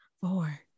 four